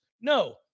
No